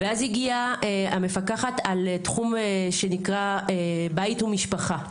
ואז הגיעה המפקחת על תחום שנקרא בית ומשפחה,